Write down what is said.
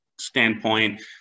standpoint